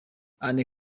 anne